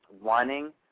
wanting